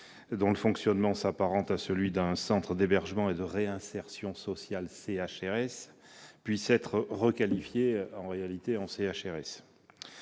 dont le fonctionnement s'apparente à celui d'un centre d'hébergement et de réinsertion sociale, ou CHRS, puissent être requalifiés en CHRS.